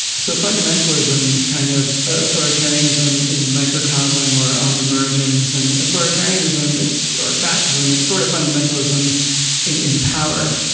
so fundamentalism is kind of authoritarianism in microcosm or on the margins and authoritarianism. it's or fascism. it's sort of fundamentalism in power.